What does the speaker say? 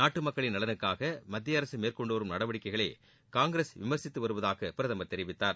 நாட்டு மக்களின் நலனுக்கூக மத்திய அரசு மேற்கொண்டு வரும் நடவடிக்கைகளை காங்கிரஸ் விமர்சித்து வருவதாக பிரதமர் தெரிவித்தார்